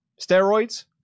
steroids